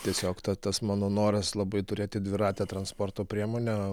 tiesiog tas mano noras labai turėti dviratę transporto priemonę